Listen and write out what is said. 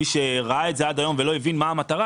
מי שראה את זה עד היום ולא הבין מה המטרה,